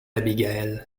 abigail